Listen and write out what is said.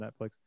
netflix